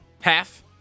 Half